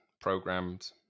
programmed